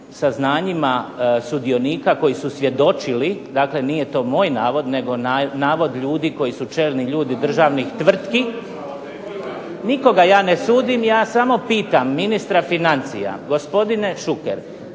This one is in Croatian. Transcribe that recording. saznanjima sudionika koji su svjedočili, dakle nije to moj navod, nego navod ljudi koji su čelni ljudi državnih tvrtki. **Bebić, Luka (HDZ)** …/Govornik nije uključen,